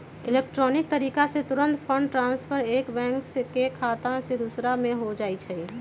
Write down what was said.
electronic तरीका से तूरंते फंड ट्रांसफर एक बैंक के खता से दोसर में हो जाइ छइ